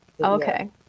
okay